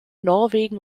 norwegen